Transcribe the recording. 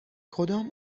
کدام